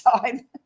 time